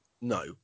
no